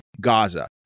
Gaza